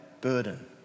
burden